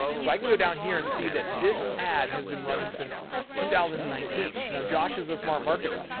so i can go down here and see that this ad has been running since two thousand and nineteen. now, josh is a smart marketer.